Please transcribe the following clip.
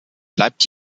bleibt